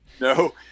no